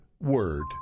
WORD